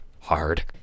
hard